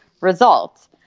results